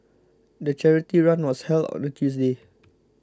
the charity run was held on a Tuesday